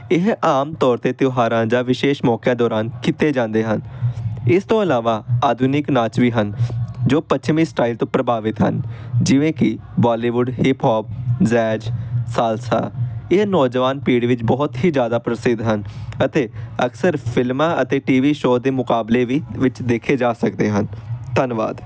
ਇਹ ਆਮ ਤੌਰ 'ਤੇ ਤਿਉਹਾਰਾਂ ਜਾਂ ਵਿਸ਼ੇਸ਼ ਮੌਕਿਆਂ ਦੌਰਾਨ ਕੀਤੇ ਜਾਂਦੇ ਹਨ ਇਸ ਤੋਂ ਇਲਾਵਾ ਆਧੁਨਿਕ ਨਾਚ ਵੀ ਹਨ ਜੋ ਪੱਛਮੀ ਸਟਾਈਲ ਤੋਂ ਪ੍ਰਭਾਵਿਤ ਹਨ ਜਿਵੇਂ ਕਿ ਬਾਲੀਵੁੱਡ ਹਿਪਹੋਫ ਜੈਜ ਸਾਲਸਾ ਇਹ ਨੌਜਵਾਨ ਪੀੜ੍ਹੀ ਵਿੱਚ ਬਹੁਤ ਹੀ ਜ਼ਿਆਦਾ ਪ੍ਰਸਿੱਧ ਹਨ ਅਤੇ ਅਕਸਰ ਫ਼ਿਲਮਾਂ ਅਤੇ ਟੀ ਵੀ ਸ਼ੋਅ ਦੇ ਮੁਕਾਬਲੇ ਵੀ ਵਿੱਚ ਦੇਖੇ ਜਾ ਸਕਦੇ ਹਨ ਧੰਨਵਾਦ